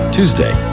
Tuesday